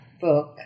book